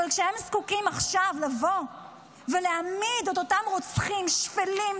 אבל כשהם זקוקים עכשיו לבוא ולהעמיד את אותם רוצחים שפלים,